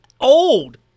Old